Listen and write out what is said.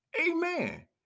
Amen